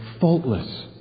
faultless